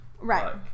Right